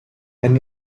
and